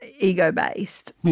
ego-based